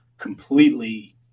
completely